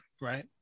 right